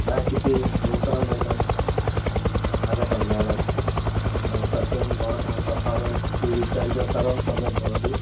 म्याक् इति नूतनम् एकम् आगतं यानं तस्मिन् भवतः पर्फ़ोर्मेन्स् स्पीड् इत्यादिकं सर्वं सम्यक् भवति